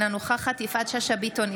אינה נוכחת יפעת שאשא ביטון,